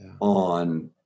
on